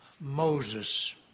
Moses